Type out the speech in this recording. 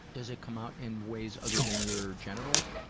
does it come out in ways other than your genitals?